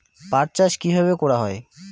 পাট চাষ কীভাবে করা হয়?